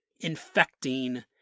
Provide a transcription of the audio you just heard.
infecting